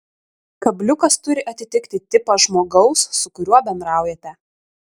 kabliukas turi atitikti tipą žmogaus su kuriuo bendraujate